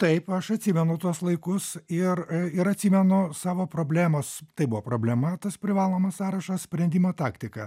taip aš atsimenu tuos laikus ir ir atsimenu savo problemas tai buvo problema tas privalomas sąrašas sprendimo taktika